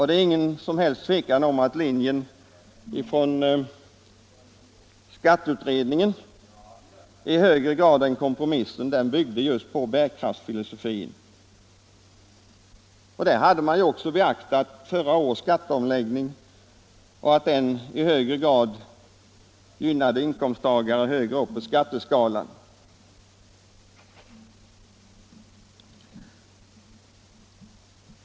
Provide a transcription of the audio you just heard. Det är inget tvivel om att skatteutredningens linje i högre grad än kompromissen byggde på bärkraftsfilosofin, vilket inte minst med tanke på att förra årets skatteomläggning i hög grad gynnade inkomsttagarna högre upp på skatteskalan var riktigt.